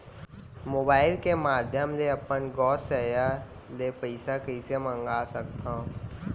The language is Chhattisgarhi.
मोबाइल के माधयम ले अपन गोसैय्या ले पइसा कइसे मंगा सकथव?